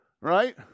right